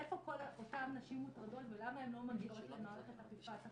איפה כל אותן נשים מוטרדות ולמה הן לא מגיעות למערכת אכיפת החוק?